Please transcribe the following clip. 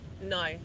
no